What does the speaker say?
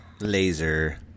Laser